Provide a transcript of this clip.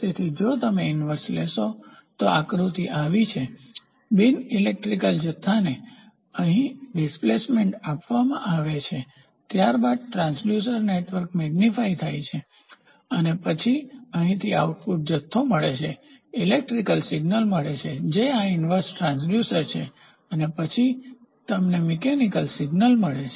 તેથી જો તમે ઈન્વર્સ લેશો તો આકૃતિ આવી આવે છે બિન ઇલેક્ટ્રિકલ જથ્થોને અહીં ડિસ્પ્લેસમેન્ટ આપવામાં આવે છે ત્યારબાદ ટ્રાંસડ્યુસર નેટવર્ક મેગનીફાય થાય છે અને પછી તમને અહીંથી આઉટપુટ જથ્થો મળે છે ઇલેક્ટ્રિકલ સિગ્નલ મળે છે જે આ inverse ટ્રાન્સડ્યુસર છે અને પછી તમને મિકેનિકલ સિગ્નલ મળે છે